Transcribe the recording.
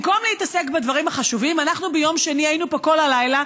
במקום להתעסק בדברים החשובים אנחנו ביום שני היינו פה כל הלילה,